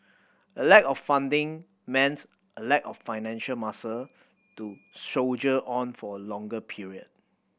a lack of funding meant a lack of financial muscle to soldier on for a longer period